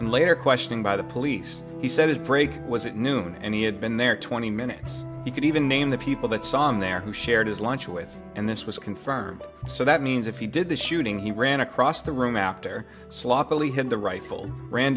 and later questioning by the police he said his break was at noon and he had been there twenty minutes he could even name the people that saw him there who shared his lunch with and this was confirmed so that means if he did the shooting he ran across the room after sloppily had the rifle ran